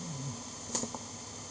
mm